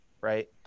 Right